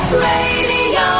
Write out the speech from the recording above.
Radio